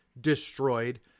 destroyed